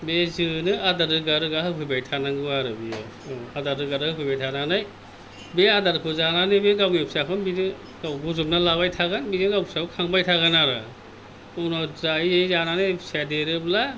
बे जोनो आदार रोगा रोगा होफैबाय थानांगौ आरो बियो आदार रोगा रोगा होफैबाय थानानै बे आदारखौ जानानै बे गावनि फिसाखौ बिनो गाव गजबना लाबाय थागोन बिदिनो गावनि फिसाखौ खांबाय थागोन आरो उनाव जायै जानानै फिसाया देरोब्ला